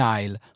Nile